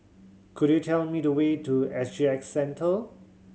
could you tell me the way to S G X Centre